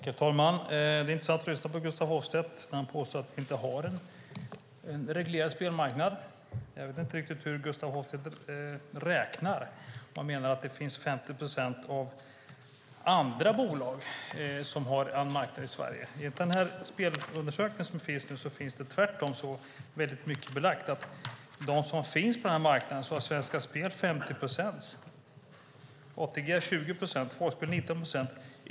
Herr talman! Det är intressant att lyssna på Gustaf Hoffstedt. Han påstår att vi inte har en reglerad spelmarknad. Jag förstår inte hur Gustaf Hoffstedt räknar. Han menar att det är 50 procent andra bolag som har marknaden i Sverige. Enligt spelundersökningen finns det belagt att av dem som finns på marknaden har Svenska Spel 50 procent, ATG 20 procent och Folkspel med flera 19 procent.